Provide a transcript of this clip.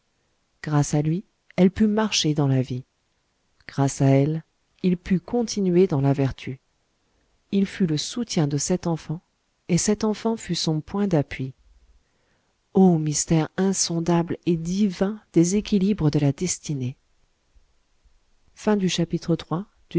grâce à lui elle put marcher dans la vie grâce à elle il put continuer dans la vertu il fut le soutien de cet enfant et cet enfant fut son point d'appui o mystère insondable et divin des équilibres de la destinée chapitre